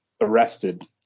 arrested